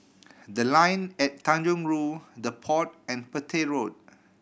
The Line at Tanjong Rhu The Pod and Petir Road